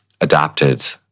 adapted